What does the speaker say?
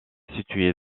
située